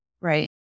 Right